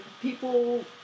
people